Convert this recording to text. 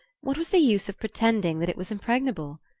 what was the use of pretending that it was impregnable?